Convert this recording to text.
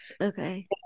okay